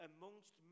amongst